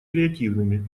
креативными